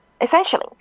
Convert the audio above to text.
essentially